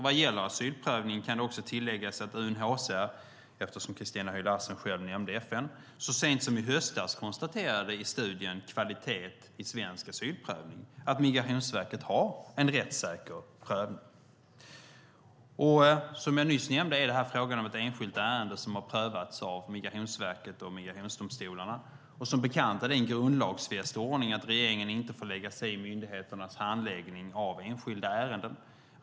Vad gäller asylprövning kan tilläggas att UNHCR - eftersom Christina Höj Larsen själv nämnde FN - så sent som i höstas konstaterade i studien Kvalitet i svensk asylprövning att Migrationsverket har en rättssäker prövning. Som jag nyss nämnde är det här fråga om ett enskilt ärende som har prövats av Migrationsverket och migrationsdomstolarna, och som bekant är det en grundlagsfäst ordning att regeringen inte får lägga sig i myndigheternas handläggning av enskilda ärenden.